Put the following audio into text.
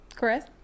Chris